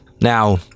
Now